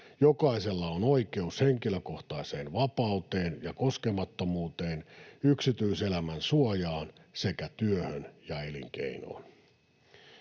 Jokaisella on oikeus henkilökohtaiseen vapauteen ja koskemattomuuteen, yksityiselämän suojaan sekä työhön ja elinkeinoon.